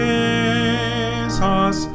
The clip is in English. Jesus